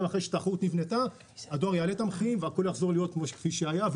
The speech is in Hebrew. אחרי שהתחרות נבנתה הדואר יעלה את המחירים והכל יחזור להיות כפי שהיה.